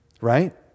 Right